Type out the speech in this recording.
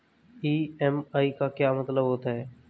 EMI का क्या मतलब होता है?